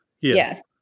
Yes